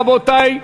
רבותי,